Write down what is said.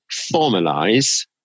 formalize